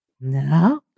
No